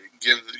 give